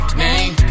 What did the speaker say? name